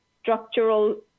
structural